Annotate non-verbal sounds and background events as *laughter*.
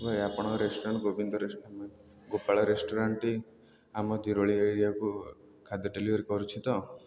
ଭାଇ ଆପଣଙ୍କ restaurant Gobinda restaurant *unintelligible* Gopal ରେଷ୍ଟୁରାଣ୍ଟ୍ଟି ଆମ ଜିରୋଳି ଏରିଆକୁ ଖାଦ୍ୟ ଡେଲିଭରି କରୁଛି ତ